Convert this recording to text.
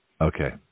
Okay